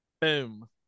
boom